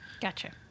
Gotcha